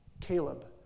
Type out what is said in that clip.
Caleb